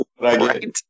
Right